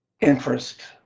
interest